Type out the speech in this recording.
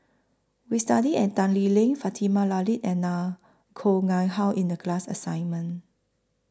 We studied At Tan Lee Leng Fatimah Late and La Koh Nguang How in The class assignment